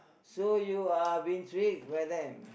so you uh been tricked by them